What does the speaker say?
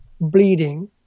bleeding